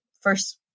first